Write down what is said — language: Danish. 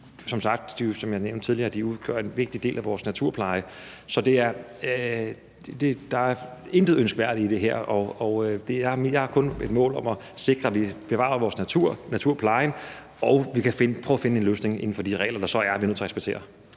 tidligere, udgør de en vigtig del af vores naturpleje. Så der er intet ønskværdigt i det her. Jeg har kun et mål om at sikre, at vi bevarer vores natur og vores naturpleje, og at vi kan prøve at finde en løsning inden for de regler, der så er, og som vi er nødt til at respektere.